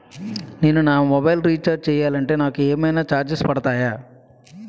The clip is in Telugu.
నేను నా మొబైల్ రీఛార్జ్ చేయాలంటే నాకు ఏమైనా చార్జెస్ పడతాయా?